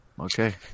Okay